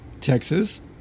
Texas